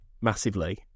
massively